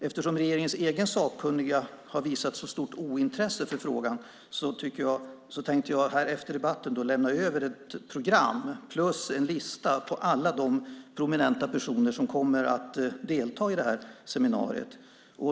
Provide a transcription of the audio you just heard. Eftersom regeringens egna sakkunniga har visat så stort ointresse för frågan tänkte jag efter debatten lämna över ett program plus en lista på alla de prominenta personer som kommer att delta i seminariet.